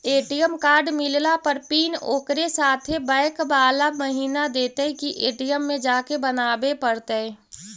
ATM card मिलला पर PIN ओकरे साथे बैक बाला महिना देतै कि ए.टी.एम में जाके बना बे पड़तै?